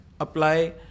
apply